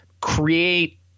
create